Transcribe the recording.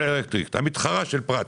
אלקטריק, מהמתחרה של פראט.